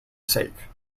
sake